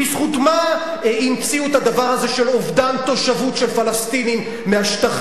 בזכות מה המציאו את הדבר הזה של אובדן תושבות של פלסטינים מהשטחים?